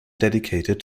dedicated